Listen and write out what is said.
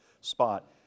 spot